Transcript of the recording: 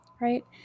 right